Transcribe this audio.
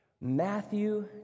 Matthew